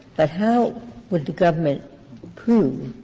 but how would the government prove